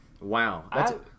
Wow